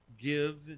give